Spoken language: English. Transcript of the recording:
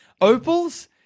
opals